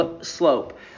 slope